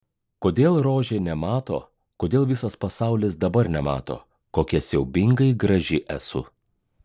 kodėl rožė nemato kodėl visas pasaulis dabar nemato kokia siaubingai graži esu